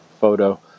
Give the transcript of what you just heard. photo